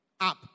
up